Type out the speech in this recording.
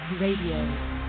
Radio